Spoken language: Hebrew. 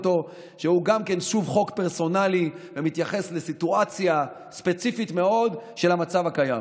שגם הוא חוק פרסונלי ומתייחס לסיטואציה ספציפית מאוד של המצב הקיים: